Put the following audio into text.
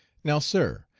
now, sir,